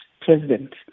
president